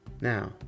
Now